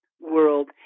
world